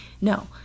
No